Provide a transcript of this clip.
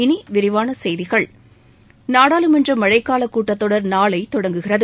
இனி விரிவான செய்திகள் நாடாளுமன்ற மழைக்காலக் கூட்டத் தொடர் நாளை தொடங்குகிறது